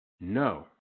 No